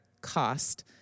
cost